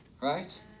Right